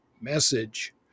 Message